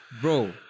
bro